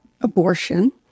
abortion